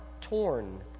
torn